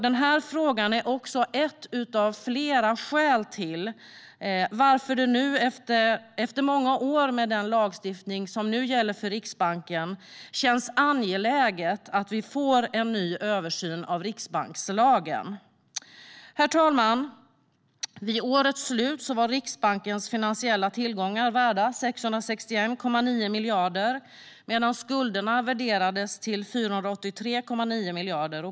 Denna fråga är också ett av flera skäl till varför det efter många år med nuvarande lagstiftning känns angeläget att göra en översyn av riksbankslagen. Herr talman! Vid årets slut var Riksbankens finansiella tillgångar värda 661,9 miljarder medan skulderna värderades till 483,9 miljarder.